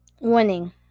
winning